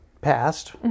passed